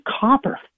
copper